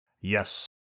Yes